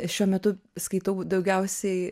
šiuo metu skaitau daugiausiai